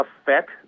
affect